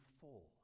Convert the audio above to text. full